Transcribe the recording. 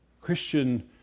Christian